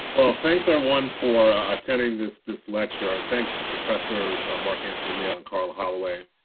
thanks everyone for attending this this lecture, and thanks to professors mark anthony neal and karla holloway.